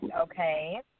okay